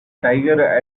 tiger